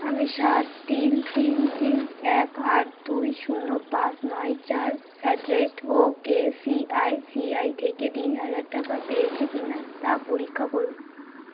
আমি সাত তিন তিন তিন এক আট দুই শূন্য পাঁচ নয় চার অ্যাট দা রেট ওকেসিআইসিআই থেকে তিন হাজার টাকা পেয়েছি কি না তা পরীক্ষা করুন